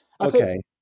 Okay